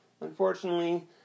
unfortunately